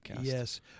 Yes